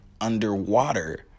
underwater